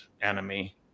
enemy